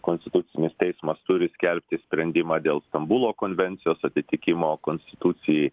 konstitucinis teismas turi skelbti sprendimą dėl stambulo konvencijos atitikimo konstitucijai